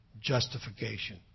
justification